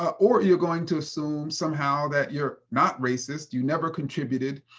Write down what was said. ah or you're going to assume somehow, that you're not racist, you never contributed,